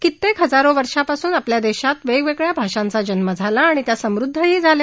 कित्येक हजारो वर्षापासून आपल्या देशात वेगवेगळ्या भाषांचा जन्म झाला आणि त्या समुद्वही झाल्या